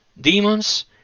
demons